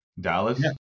Dallas